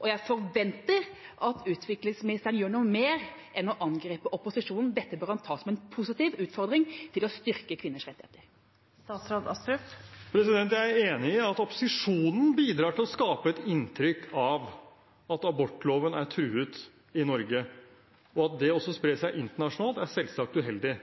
og jeg forventer at utviklingsministeren gjør noe mer enn å angripe opposisjonen. Dette bør han ta som en positiv utfordring til å styrke kvinners rettigheter. Jeg er enig i at opposisjonen bidrar til å skape et inntrykk av at abortloven er truet i Norge, og at det også sprer seg internasjonalt er selvsagt uheldig.